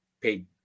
paid